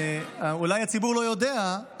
אולי הציבור לא יודע,